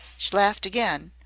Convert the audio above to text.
she laughed again,